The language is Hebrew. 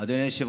על הנאום